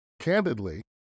candidly